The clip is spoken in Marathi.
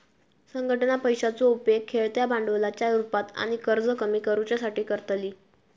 संघटना पैशाचो उपेग खेळत्या भांडवलाच्या रुपात आणि कर्ज कमी करुच्यासाठी करतली